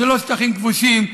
ואלה לא שטחים כבושים.